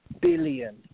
billion